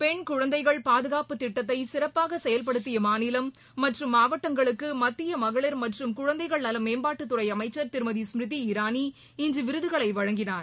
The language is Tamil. பெண் குழந்தைகள் பாதுகாப்புத் திட்டத்தை சிறப்பாக செயல்படுத்திய மாநிலம் மற்றும் மாவட்டங்களுக்கு மத்திய மகளிர் மற்றும் குழந்தைகள் நல மேம்பாட்டுத்துறை அமைச்சர் திருமதி ஸ்மிருதி இரானி இன்று விருதுகளை வழங்கினார்